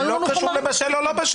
לא קשור בשל או לא.